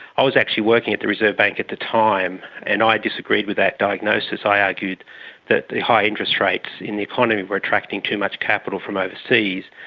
i was actually working at the reserve bank at the time and i disagreed with that diagnosis. i argued that the high interest rates in the economy were attracting too much capital from overseas,